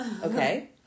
Okay